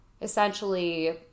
essentially